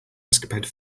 escapade